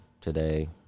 today